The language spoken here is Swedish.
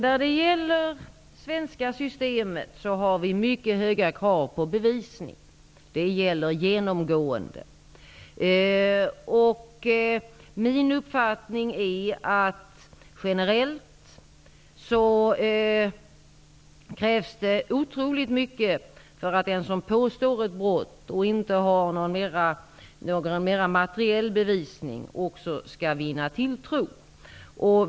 Fru talman! Vi har mycket höga krav på bevisning i det svenska systemet. Det gäller genomgående. Min uppfattning är att det generellt krävs otroligt mycket för att den som påstår att brott inträffat och inte har materiell bevisning skall vinna tilltro.